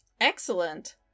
Excellent